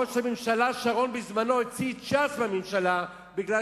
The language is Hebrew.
ראש הממשלה שרון הוציא בזמנו את ש"ס מהממשלה בגלל